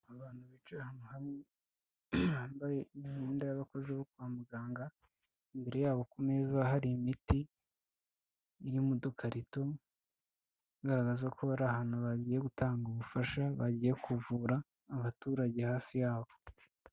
Abantu bicaye ahantu hamwe, bambaye imyenda y'abakozi bo kwa muganga, imbere yabo ku meza hari imiti iri mu dukarito, igaragaza ko bari ahantu bagiye gutanga ubufasha, bagiye kuvura abaturage hafi yabo